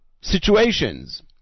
situations